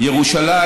ירושלים